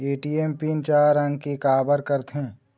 ATM PIN चार अंक के का बर करथे?